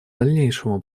дальнейшему